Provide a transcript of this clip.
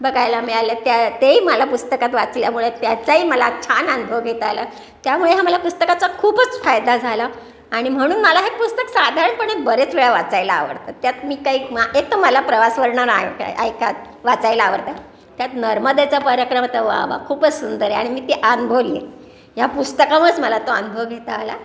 बघायला मिळाले त्या तेही मला पुस्तकात वाचल्यामुळे त्याचाही मला छान अनुभव घेता आला त्यामुळे हा मला पुस्तकाचा खूपच फायदा झाला आणि म्हणून मला हे पुस्तक साधारणपणे बरेच वेळा वाचायला आवडतं त्यात मी काही मा एक तर मला प्रवासवर्णन ऐका वाचायला आवडतात त्यात नर्मदेचा पर्याक्रम तर वा वा खूपच सुंदर आणि मी ती अनुभवली आहे ह्या पुस्तकामुळंच मला तो अनुभव घेता आला